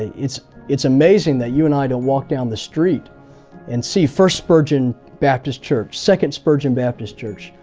it's it's amazing that you and i don't walk down the street and see first spurgeon baptist church, second spurgeon baptist church,